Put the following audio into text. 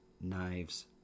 knives